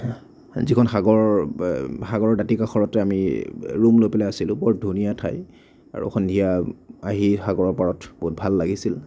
যিখন সাগৰৰ সাগৰৰ দাতি কাষৰতে আমি ৰুম লৈ পেলাই আছিলোঁ বৰ ধুনীয়া ঠাই আৰু সন্ধিয়া আহি সাগৰৰ পাৰত বহুত ভাল লাগিছিল